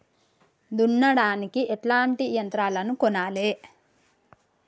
దున్నడానికి ఎట్లాంటి యంత్రాలను కొనాలే?